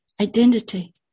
identity